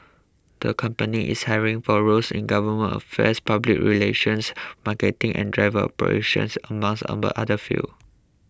the company is hiring for roles in government affairs public relations marketing and driver operations among other fields